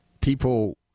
people